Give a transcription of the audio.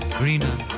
greener